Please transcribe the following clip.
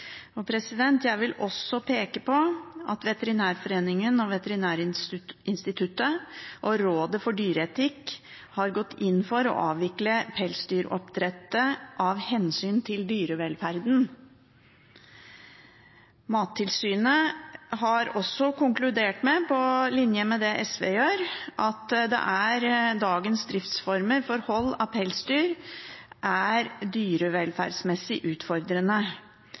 Jeg vil også peke på at Veterinærforeningen, Veterinærinstituttet og Rådet for dyreetikk har gått inn for å avvikle pelsdyroppdrett av hensyn til dyrevelferden. Mattilsynet har også konkludert med, på linje med det SV gjør, at dagens driftsformer for hold av pelsdyr er dyrevelferdsmessig utfordrende,